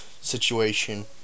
situation